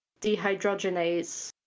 dehydrogenase